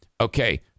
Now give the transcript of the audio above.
okay